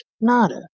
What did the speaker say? Nada